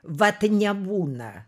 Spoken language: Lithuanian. vat nebūna